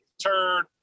turd